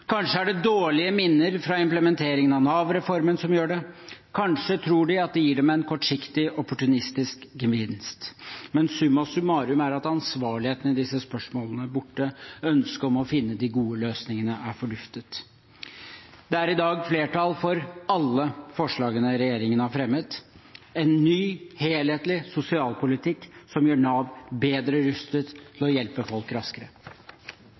Kanskje er det dårlige minner fra implementeringen av Nav-reformen som gjør det, kanskje tror de at det gir dem en kortsiktig, opportunistisk gevinst. Men summa summarum er at ansvarligheten i disse spørsmålene er borte, ønsket om å finne de gode løsningene er forduftet. Det er i dag flertall for alle forslagene regjeringen har fremmet – en ny, helhetlig sosialpolitikk som gjør Nav bedre rustet til å hjelpe folk raskere.